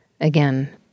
again